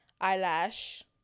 eyelash